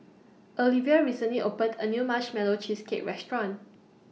Alivia recently opened A New Marshmallow Cheesecake Restaurant